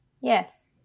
Yes